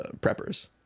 preppers